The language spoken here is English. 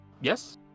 Yes